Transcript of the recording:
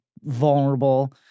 vulnerable